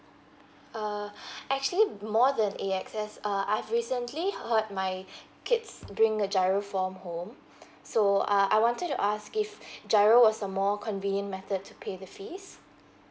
uh actually more than A_X_S uh I've recently heard my kids bring a giro form home so uh I wanted to ask if giro was a more convenient method to pay the fees